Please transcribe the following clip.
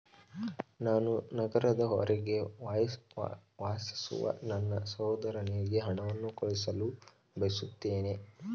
ನಾನು ನಗರದ ಹೊರಗೆ ವಾಸಿಸುವ ನನ್ನ ಸಹೋದರನಿಗೆ ಹಣವನ್ನು ಕಳುಹಿಸಲು ಬಯಸುತ್ತೇನೆ